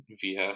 via